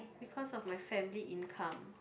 because of my family income